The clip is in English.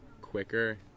quicker